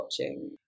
watching